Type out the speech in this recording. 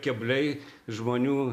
kebliai žmonių